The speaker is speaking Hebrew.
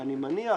אני מניח